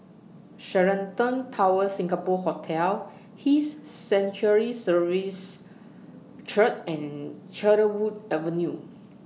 Sheraton Towers Singapore Hotel His Sanctuary Services Church and Cedarwood Avenue